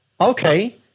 okay